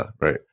right